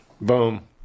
Boom